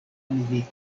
milito